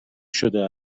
شده